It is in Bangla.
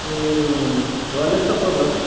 হুম রয়্যাল স্ট্যাগ কত এখন